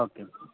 okay okay